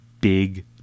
big